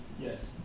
Yes